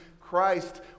Christ